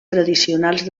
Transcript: tradicionals